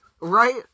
right